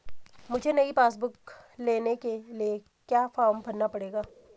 मुझे नयी passbook book लेने के लिए क्या फार्म भरना पड़ेगा?